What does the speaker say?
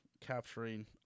capturing